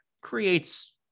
creates